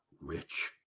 Rich